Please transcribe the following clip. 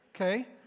Okay